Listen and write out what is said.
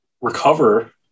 recover